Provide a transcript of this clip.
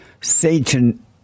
Satan